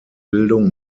bildung